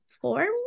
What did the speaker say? form